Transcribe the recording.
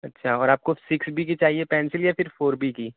اچھا اور آپ کوسکس بی کی چاہیے پینسل یا پھر فور بی کی